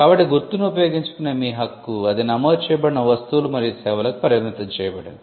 కాబట్టి గుర్తును ఉపయోగించుకునే మీ హక్కు అది నమోదు చేయబడిన వస్తువులు మరియు సేవలకు పరిమితం చేయబడింది